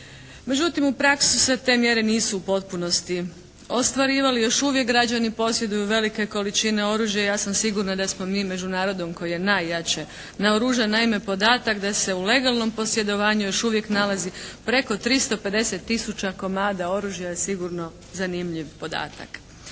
Međutim u praksi se te mjere nisu u potpunosti ostvarivale. Još uvijek građani posjeduju velike količine oružja i ja sam sigurna da smo mi među narodom koji je najjače naoružan. Naime podatak da se u legalnom posjedovanju još uvijek nalazi preko 350 tisuća komada oružja je sigurno zanimljiv podatak.